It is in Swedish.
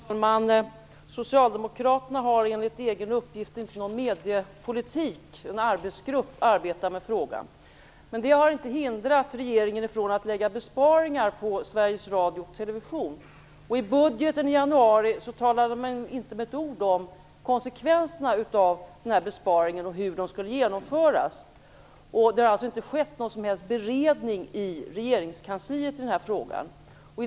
Fru talman! Socialdemokraterna har enligt egen uppgift inte någon mediepolitik. En arbetsgrupp arbetar med frågan. Men det har inte hindrat regeringen från att lägga besparingar på Sveriges Radio och Television. I budgetpropositionen i januari sade man inte ett ord om konsekvenserna av denna besparing eller hur den skulle genomföras. Det har alltså inte skett någon som helst beredning av denna fråga i regeringskansliet.